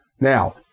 Now